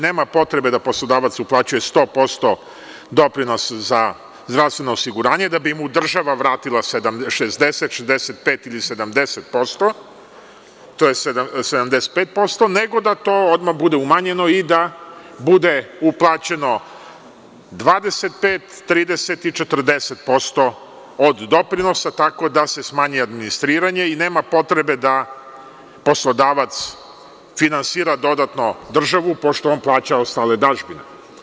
Nema potrebe da poslodavac uplaćuje 100% doprinos za zdravstveno osiguranje da bi mu država vratila 60, 65 ili 70%, tj. 75%, nego da to odmah bude umanjeno i da bude uplaćeno 25, 30 i 40% od doprinosa, tako da se smanji administriranje i nema potrebe da poslodavac finansira dodatno državu, pošto on plaća ostale dažbine.